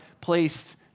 placed